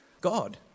God